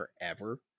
forever